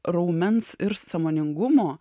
raumens ir sąmoningumo